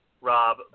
Rob